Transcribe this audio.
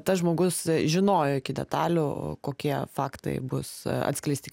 tas žmogus žinojo iki detalių kokie faktai bus atskleisti